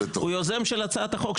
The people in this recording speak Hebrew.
הוא יוזם של הצעת החוק.